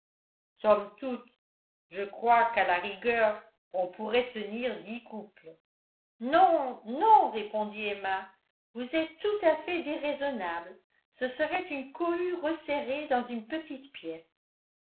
somme toute je crois qu'à la rigueur on pourrait tenir dix couples non non répondit emma vous êtes tout à fait déraisonnable ce serait une cohue resserrée dans une petite pièce